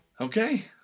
Okay